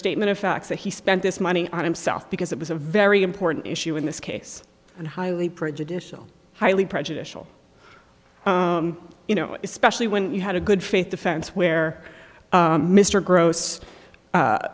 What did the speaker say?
statement of facts that he spent this money on himself because it was a very important issue in this case and highly prejudicial highly prejudicial you know especially when you had a good faith defense where mr gross